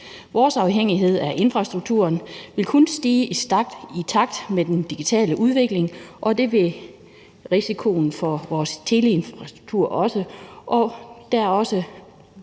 Vores afhængighed af infrastrukturen vil kun stige i takt med den digitale udvikling, og det vil risikoen for vores teleinfrastruktur også. Der er også